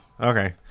okay